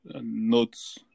notes